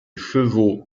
chevaux